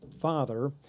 father